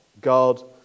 God